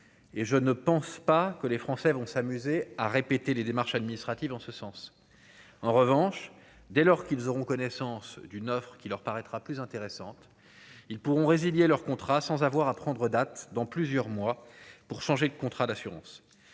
je ne pense pas que les Français vont s'amuser à répéter les démarches administratives en ce sens, en revanche, dès lors qu'ils auront connaissance du une qui leur paraîtra plus intéressante, ils pourront résilier leur contrat sans avoir à prendre date dans plusieurs mois pour changer de contrat d'assurance,